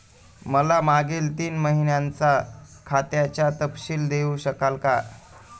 मला मागील तीन महिन्यांचा खात्याचा तपशील देऊ शकाल का?